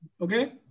Okay